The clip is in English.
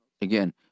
Again